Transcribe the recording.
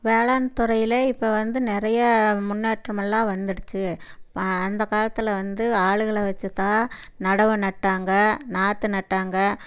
வேளாண் துறையில் இப்போ வந்து நிறைய முன்னேற்றம் எல்லாம் வந்துடுச்சு அந்த காலத்தில் வந்து ஆளுங்களை வச்சுதான் நடவு நட்டாங்க நாற்று நட்டாங்க